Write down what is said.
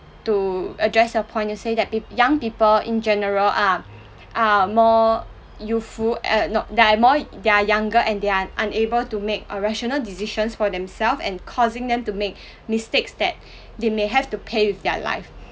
to address a point you said that peo~ young people in general are are more youthful uh no they're more they're younger and they are unable to make a rational decision for themselves and causing them to make mistakes that they may have to pay with their life